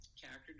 character